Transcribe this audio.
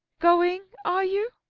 going, are you?